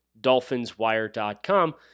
dolphinswire.com